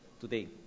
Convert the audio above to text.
today